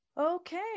okay